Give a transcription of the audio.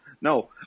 no